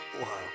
Wow